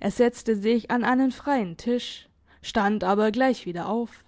er setzte sich an einen freien tisch stand aber gleich wieder auf